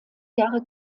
jahre